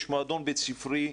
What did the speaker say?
יש מועדון בית-ספרי.